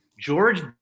George